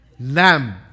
Lamb